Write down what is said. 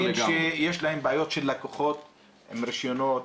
שיש להם בעיות של לקוחות עם רישיונות,